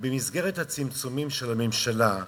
במסגרת הצמצומים של הממשלה,